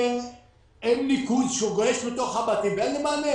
עם ניקוז גולש לתוך הבתים ואין לי מענה.